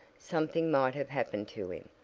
something might have happened to him.